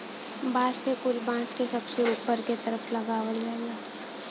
बांस क फुल बांस के सबसे ऊपर के तरफ लगला